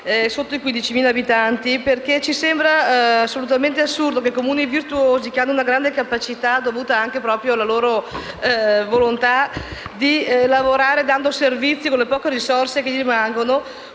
sotto i 15.000 abitanti. In primo luogo, ci sembra assolutamente assurdo che i Comuni virtuosi, che hanno una grande capacità dovuta alla loro volontà di lavorare, garantendo i servizi con le poche risorse che gli rimangono,